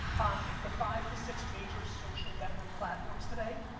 on the five to six major social network platforms today,